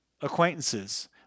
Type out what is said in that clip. acquaintances